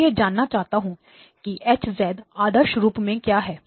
मैं यह जानना चाहता हूं की H आदर्श रूप में क्या है